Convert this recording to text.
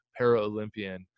Paralympian